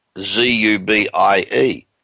Z-U-B-I-E